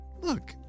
look